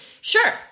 Sure